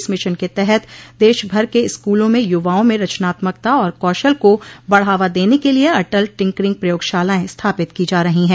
इस मिशन के तहत देशभर के स्कूलों में युवाओं में रचनात्मकता और कौशल को बढ़ावा देने के लिए अटल टिंकरिंग प्रयोगशालाएं स्थापित की जा रही हैं